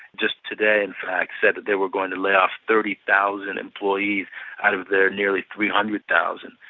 just today, in fact, said that they were going to lay off thirty thousand employees out of their nearly three hundred thousand.